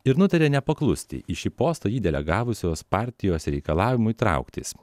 ir nutarė nepaklusti į šį postą jį delegavusios partijos reikalavimui trauktis